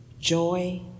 joy